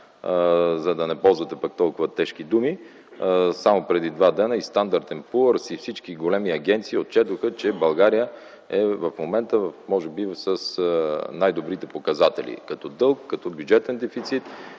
за да не ползвате пък толкова тежки думи, само преди два дни и „Стандарт енд Пуърс”, и всички големи агенции отчетоха, че България в момента е може би с най-добрите показатели като дълг, като бюджетен дефицит